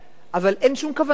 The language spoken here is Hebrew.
אבל אין שום כוונה כזאת.